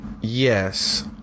Yes